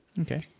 okay